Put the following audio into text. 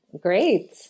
great